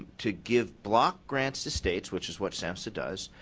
to give block grants to states, which is what samhsa does,